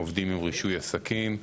עובדים עם רישוי עסקים.